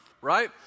right